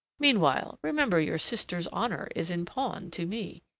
meanwhile, remember your sister's honour is in pawn to me.